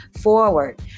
forward